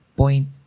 point